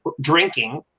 drinking